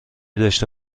داشته